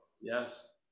Yes